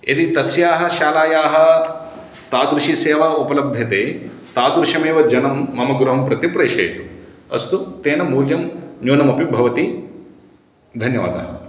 यदि तस्याः शालायाः तादृशी सेवा उपलभ्यते तादृशमेव जनं मम गृहं प्रति प्रेषयतु अस्तु तेन मूल्यं न्यूनमपि भवति धन्यवादः